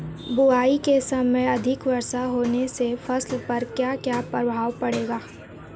बुआई के समय अधिक वर्षा होने से फसल पर क्या क्या प्रभाव पड़ेगा?